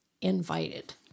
invited